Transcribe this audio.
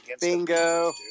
Bingo